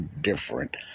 different